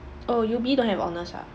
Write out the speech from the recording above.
oh U_B don't have honours ah